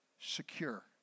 secure